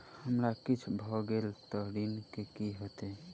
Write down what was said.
हमरा किछ भऽ गेल तऽ ऋण केँ की होइत?